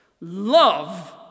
Love